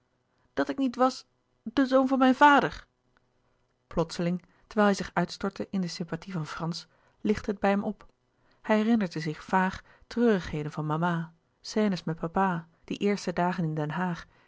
dat ik niet was de zoon van mijn vader plotseling terwijl hij zich uitstortte in de sympathie van frans lichtte het bij hem op hij herinnerde zich vaag treurigheden van mama scènes met papa die eerste dagen in den haag